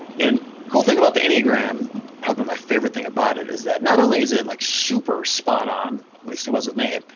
and the cool thing about the enneagram, probably my favorite thing about it, is that not only is it like super spot on, at least it was with me,